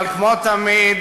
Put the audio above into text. אבל כמו תמיד,